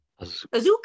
Azuka